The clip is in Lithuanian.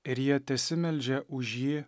ir jie tesimeldžia už jį